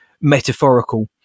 metaphorical